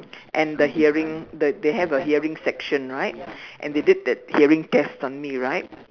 and the hearing the they have a hearing section right and they did that hearing test on me right